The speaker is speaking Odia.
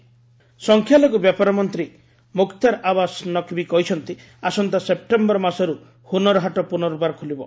ହୁନର ହାଟ ସଂଖ୍ୟାଲଘୁ ବ୍ୟାପାର ମନ୍ତ୍ରୀ ମୁକ୍ତାରଆବାସ ନକବୀ କହିଛନ୍ତି ଆସନ୍ତା ସେପ୍ଟେମ୍ଭର ମାସରୁ ହୁନରହାଟ ପୁର୍ନବାର ଖୋଲିବ